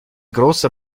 großer